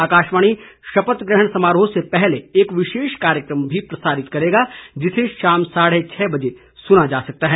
आकाशवाणी शपथ ग्रहण समारोह से पहले एक विशेष कार्यक्रम भी प्रसारित करेगा जिसे शाम साढ़े छह बजे सुना जा सकता है